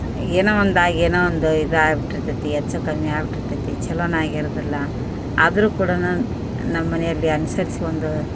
ಏನೋ ಒಂದು ಆಗಿ ಏನೋ ಒಂದು ಇದು ಆಗ್ಬಿಟ್ಟಿರ್ತದೆ ಹೆಚ್ಚು ಕಮ್ಮಿ ಆಗ್ಬಿಟ್ಟಿರ್ತದೆ ಛಲೋನೇ ಆಗಿರೋದಿಲ್ಲ ಆದರೂ ಕೂಡ ನಮ್ಮ ಮನೆಯಲ್ಲಿ ಅನ್ಸರಿಸ್ಕೋಂಡು